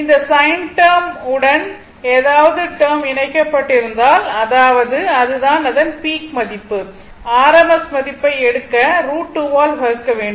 இந்த sin term உடன் ஏதாவது டேர்ம் இணைக்கப்பட்டிருந்தால் அதாவது அது தான் அதன் பீக் மதிப்பு rms மதிப்பை எடுக்க அதை √2 ஆல் வகுக்க வேண்டும்